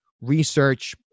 research